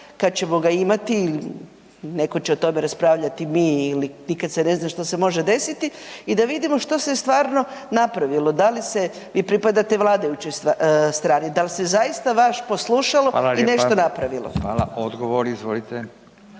kada ćemo ga imati, netko će o tome raspravljati mi ili nikad se ne zna što se može desiti, i da vidimo što se stvarno napravilo. Vi pripadate vladajućoj strani, dal ste zaista vas poslušalo i nešto napravilo. **Radin, Furio